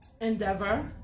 endeavor